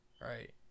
right